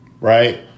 right